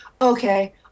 okay